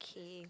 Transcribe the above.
okay